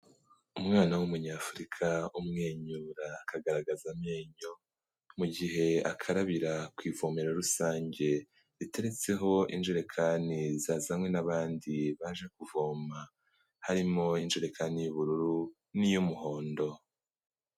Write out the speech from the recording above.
Umwana w'umunyafurika umwenyura akagaragaza amenyo, mu gihe akarabira ku ivomero rusange riteretseho injerekani zazanywe n'abandi baje kuvoma. Harimo injerekani y'ubururu n'iy'umuhondo.